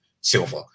silver